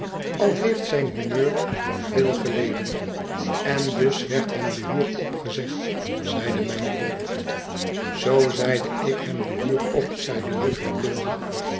al heeft zijn humeur veel geleden en dus werd hem de huur opgezegd zeide mijn voogd zoo zeide ik hem de huur op zeide jufvrouw blinder